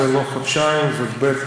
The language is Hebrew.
זה לא חודשיים, ב.